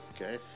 Okay